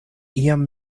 iam